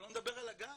שלא נדבר על הגן.